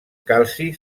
calci